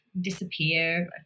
disappear